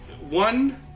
one